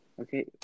Okay